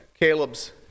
Caleb's